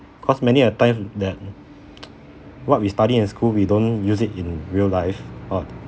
cause many a time that what we study in school we don't use it in real life or